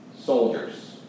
soldiers